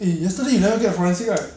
eh yesterday you never get forensic right